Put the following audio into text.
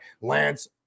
Lance